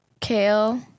Kale